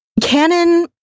canon